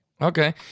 Okay